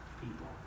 people